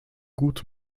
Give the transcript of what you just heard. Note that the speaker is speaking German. gut